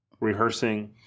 rehearsing